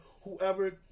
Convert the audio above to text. whoever